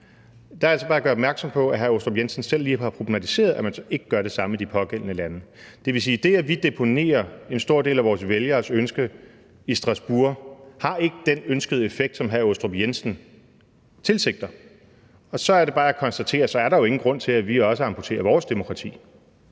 vil jeg altså bare gøre opmærksom på, at hr. Michael Aastrup Jensen selv lige har problematiseret, at man ikke gør det samme i de pågældende lande. Det vil sige, at det, at vi deponerer en stor del af vores vælgeres ønske i Strasbourg, ikke har den ønskede effekt, som hr. Michael Aastrup Jensen tilsigter, og så er det bare, at jeg konstaterer, at så er der jo ingen grund til, at vi også amputerer vores demokrati.